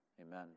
amen